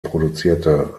produzierte